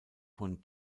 von